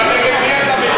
על מי אתה מלין?